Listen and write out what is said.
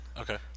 Okay